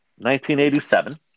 1987